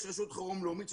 יש רשות חירום לאומית,